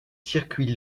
circuits